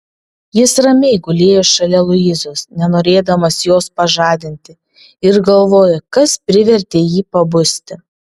jis ramiai gulėjo šalia luizos nenorėdamas jos pažadinti ir galvojo kas privertė jį pabusti